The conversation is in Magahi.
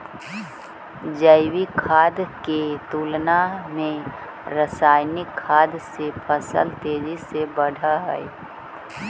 जैविक खाद के तुलना में रासायनिक खाद से फसल तेजी से बढ़ऽ हइ